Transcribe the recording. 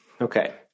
Okay